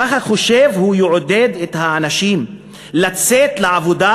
ככה הוא חושב הוא יעודד את האנשים לצאת לעבודה?